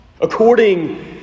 According